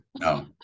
no